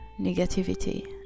negativity